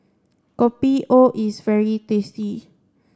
Kopi O is very tasty